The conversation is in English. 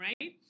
right